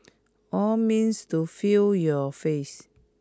all means to feel your face